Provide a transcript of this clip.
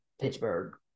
Pittsburgh